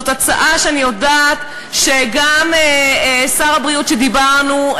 זאת הצעה שאני יודעת שגם שר הבריאות, כשדיברנו,